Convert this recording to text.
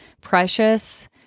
precious